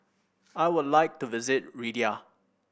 I would like to visit Riyadh